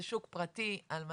זה שוק פרטי על מלא,